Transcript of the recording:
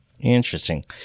Interesting